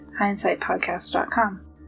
hindsightpodcast.com